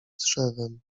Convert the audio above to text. drzewem